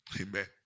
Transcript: Amen